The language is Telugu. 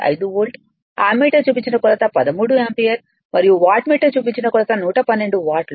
5 వోల్ట్ అమ్మీటర్ చూపించిన కొలత 13 యాంపియర్లు మరియు వాట్ మీటర్ చూపించిన కొలత 112 వాట్లు